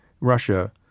Russia